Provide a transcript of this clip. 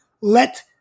Let